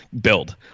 build